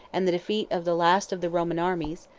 and the defeat of the last of the roman armies,